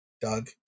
Doug